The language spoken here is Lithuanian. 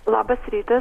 labas rytas